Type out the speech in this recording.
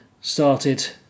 started